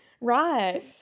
Right